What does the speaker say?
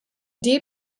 deep